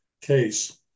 case